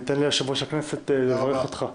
ניתן ליושב-ראש הכנסת לברך אותך.